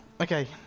Okay